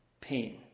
pain